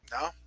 No